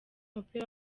w’umupira